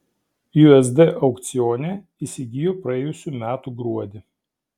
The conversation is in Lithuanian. usd aukcione įsigijo praėjusių metų gruodį